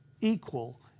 equal